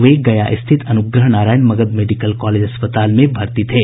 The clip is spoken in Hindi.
वे गया स्थित अनुग्रह नारायण मगध मेडिकल कॉलेज अस्पताल में भर्ती थे